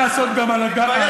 לא מכובד.